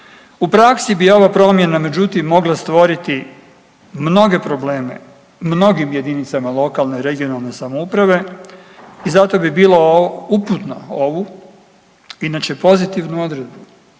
U praksi bi ova promjena, međutim, mogla stvoriti mnoge probleme, mnogim jedinicama lokalne i regionalne samouprave i zato bi bilo uputno ovu inače pozitivnu odredbu